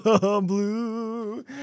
Blue